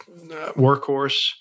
workhorse